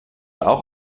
auch